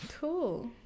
cool